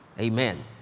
Amen